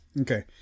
Okay